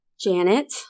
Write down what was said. Janet